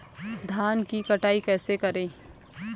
धान की कटाई कैसे करें?